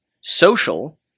Social